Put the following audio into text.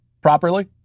properly